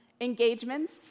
Engagements